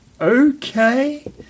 Okay